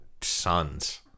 sons